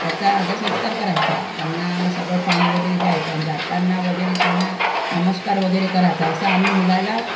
त्याचा आदरसंस्कार करायचा त्यांना सगळं पानी वगैरे द्यायचं आणि जाताना वगैरे त्यांना नमस्कार वगैरे करायचा असा आम्ही मुलाला